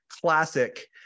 classic